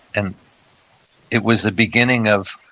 and it was the beginning of,